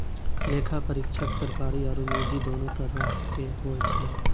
लेखा परीक्षक सरकारी आरु निजी दोनो तरहो के होय छै